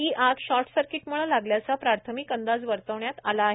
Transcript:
ही आग शॉर्ट सर्किटमुळं लागल्याचा प्राथमिक अंदाज वर्तविण्यात आला आहे